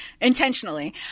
Intentionally